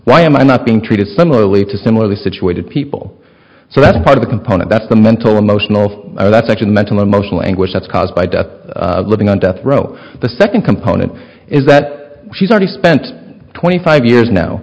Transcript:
why am i not being treated similarly to similarly situated people so that's part of the component that's the mental emotional that's actually mental emotional anguish that's caused by death living on death row the second component is that she's already spent twenty five years now